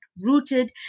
rooted